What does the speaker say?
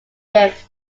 lived